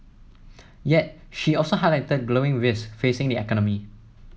yet she also highlighted that growing risks facing the economy